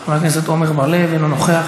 חבר הכנסת עמר בר-לב, אינו נוכח.